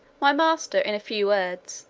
my master, in a few words,